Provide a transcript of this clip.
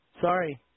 Sorry